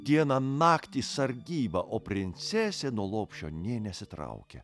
dieną naktį sargybą o princesė nuo lopšio nė nesitraukia